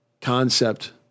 concept